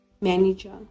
manager